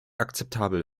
akzeptabel